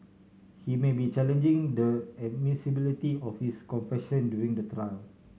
he may be challenging the admissibility of his confession during the trial